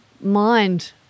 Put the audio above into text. mind –